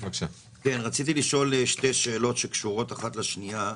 רציתי לשאול שתי שאלות שקשורות אחת לשנייה.